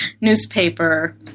newspaper